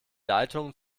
leitungen